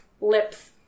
lips